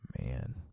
Man